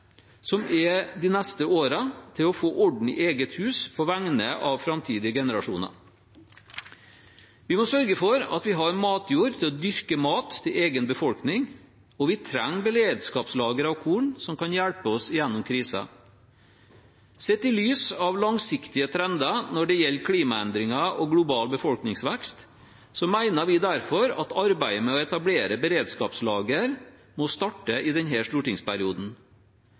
de neste årene til å få orden i eget hus på vegne av framtidige generasjoner. Vi må sørge for at vi har matjord til å dyrke mat til egen befolkning, og vi trenger beredskapslagre av korn som kan hjelpe oss gjennom kriser. Sett i lys av langsiktige trender når det gjelder klimaendringer og global befolkningsvekst, mener vi derfor at arbeidet med å etablere beredskapslagre må starte i denne stortingsperioden.